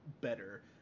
better